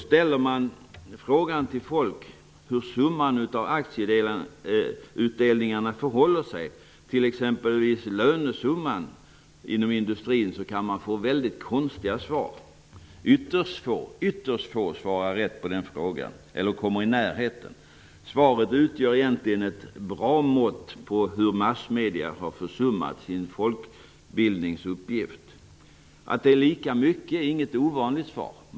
Ställer man frågan till folk hur summan av aktieutdelningarna förhåller sig till exempelvis lönesumman inom industrin kan man få mycket konstiga svar. Ytterst få svarar rätt på den frågan eller kommer ens i närheten av rätt svar. Svaret utgör egentligen ett bra mått på hur massmedierna har försummat sin folkbildningsuppgift. Att de båda summorna är ungefär lika stora är inget ovanligt svar.